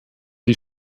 die